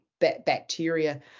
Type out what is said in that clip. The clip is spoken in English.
Bacteria